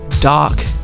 dark